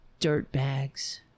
dirtbags